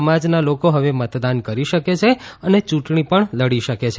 સમાજના લોકો હવે મતદાન કરી શકે છે અને ચૂંટણી પણ લડી શકે છે